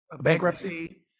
bankruptcy